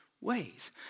ways